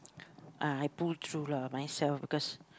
uh I pull through lah myself because